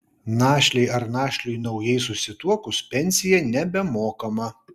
našlei ar našliui naujai susituokus pensija nebemokama